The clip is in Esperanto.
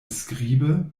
skribe